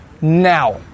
now